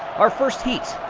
our first heat,